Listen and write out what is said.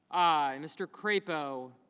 i. mr. crapo